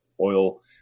oil